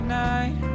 night